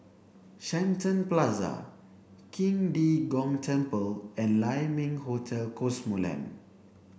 Shenton Plaza King De Gong Temple and Lai Ming Hotel Cosmoland